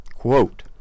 Quote